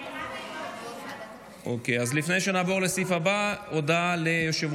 אני קובע כי הצעת החוק לתיקון פקודת התעבורה (הוראת שעה,